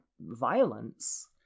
violence